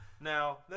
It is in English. Now